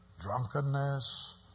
drunkenness